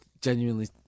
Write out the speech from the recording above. genuinely